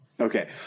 Okay